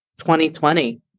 2020